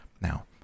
Now